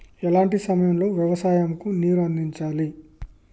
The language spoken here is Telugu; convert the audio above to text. ఎలాంటి సమయం లో వ్యవసాయము కు నీరు అందించాలి?